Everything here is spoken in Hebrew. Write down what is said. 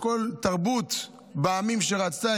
כל תרבות בעמים שרצתה,